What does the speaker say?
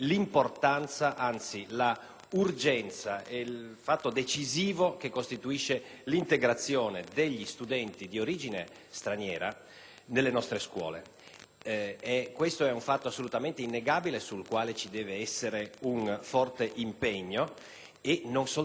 l'urgenza del fatto decisivo rappresentato dall'integrazione degli studenti di origine straniera nelle nostre scuole. Questo è un fatto assolutamente innegabile sul quale ci deve essere un forte impegno e non soltanto nel mondo della scuola.